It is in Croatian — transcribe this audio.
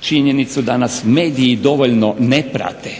činjenicu da nas mediji dovoljno ne prate